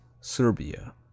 serbia